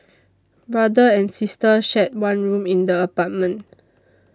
brother and sister shared one room in the apartment